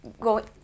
go